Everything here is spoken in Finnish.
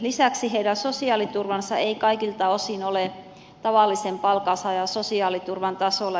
lisäksi heidän sosiaaliturvansa ei kaikilta osin ole tavallisen palkansaajan sosiaaliturvan tasolla